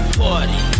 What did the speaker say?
party